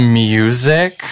music